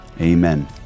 Amen